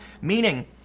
meaning